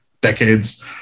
decades